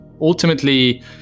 Ultimately